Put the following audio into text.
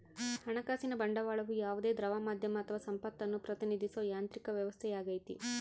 ಹಣಕಾಸಿನ ಬಂಡವಾಳವು ಯಾವುದೇ ದ್ರವ ಮಾಧ್ಯಮ ಅಥವಾ ಸಂಪತ್ತನ್ನು ಪ್ರತಿನಿಧಿಸೋ ಯಾಂತ್ರಿಕ ವ್ಯವಸ್ಥೆಯಾಗೈತಿ